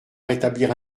rétablir